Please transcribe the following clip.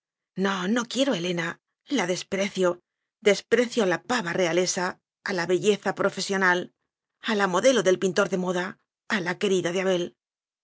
no no quiero a helena la desprecio desprecio a la pava real esa a la belleza profesional a la modelo á del pintor de moda a la querida de abel